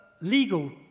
legal